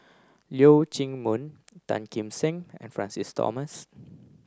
Leong Chee Mun Tan Kim Seng and Francis Thomas